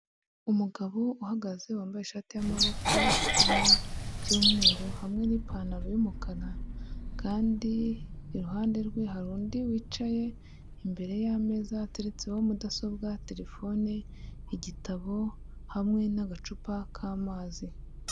Umugabo uhagaze wambaye ishati y'amaboko ifite ibara ry'umweru, hamwe n'ipantaro y'umukara kandi iruhande rwe hari undi wicaye imbere y'ameza ateretseho mudasobwa, telefone, igitabo hamwe n'agacupa k'amazi.